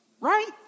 right